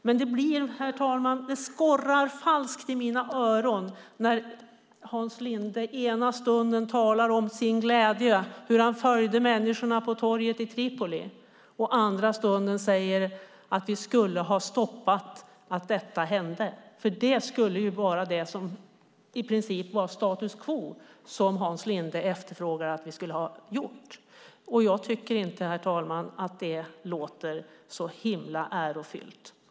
Men, herr talman, det skorrar falskt i mina öron när Hans Linde ena stunden talar om sin glädje och om hur han följde människorna på torget i Tripoli och andra stunden säger att vi skulle ha stoppat att detta hände. Det skulle ju i princip betyda att det är status quo som Hans Linde efterfrågar från vår sida. Jag tycker inte, herr talman, att det låter så himla ärofyllt.